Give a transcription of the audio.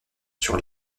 sur